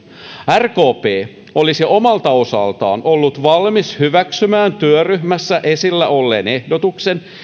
rkp olisi omalta osaltaan ollut valmis hyväksymään työryhmässä esillä olleen ehdotuksen